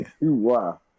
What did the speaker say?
Wow